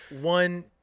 one